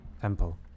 temple